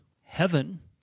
heaven